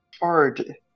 hard